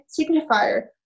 signifier